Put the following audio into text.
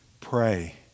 pray